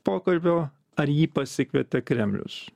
pokalbio ar jį pasikvietė kremlius